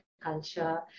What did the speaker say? culture